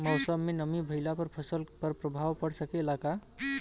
मौसम में नमी भइला पर फसल पर प्रभाव पड़ सकेला का?